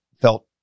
felt